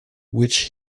which